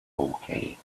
okay